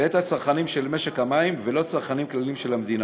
ואת הצרכנים של משק המים ולא צרכנים של המדינה.